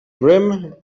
brim